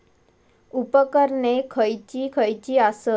उपकरणे खैयची खैयची आसत?